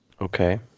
Okay